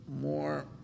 more